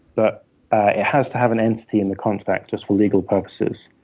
but it has to have an entity in the contract just for legal purposes.